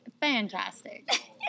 fantastic